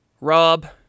Rob